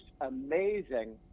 amazing